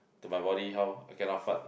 to my body how I cannot how fart